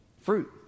fruit